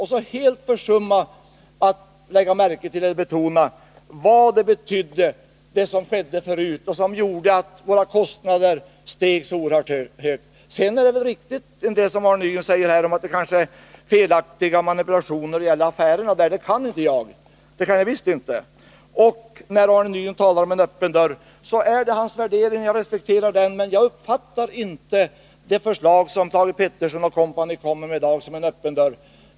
Man försummar ju helt att tänka på vad som hade hänt dessförinnan och som gjort att våra kostnader stigit så oerhört mycket. En del av det som Arne Nygren säger är väl riktigt — detta att det kanske är manipulationer när det gäller affärerna. Det där kan jag inte alls. När Arne Nygren talar om en öppen dörr vill jag säga att det ju är hans värdering, och den respekterar jag. Men jag uppfattar inte det förslag som Thage Peterson & Co. kommer med i dag som en öppen dörr.